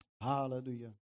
Hallelujah